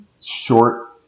short